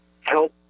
help